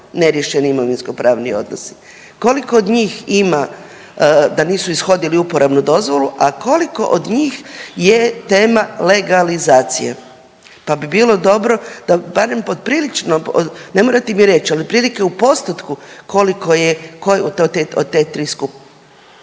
neriješeni imovinsko pravni odnosi? Koliko od njih ima da nisu ishodili uporabnu dozvolu, a koliko od njih je tema legalizacije? Pa bi bilo dobro da barem poprilično od, ne morate mi reći ali otprilike u postotku koliko je koje od te tri skupine.